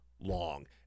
long